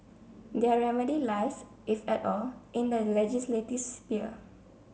their remedy lies if at all in the legislative sphere